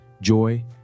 joy